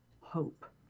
hope